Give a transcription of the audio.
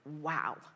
wow